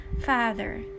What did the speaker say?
Father